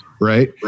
Right